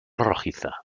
rojiza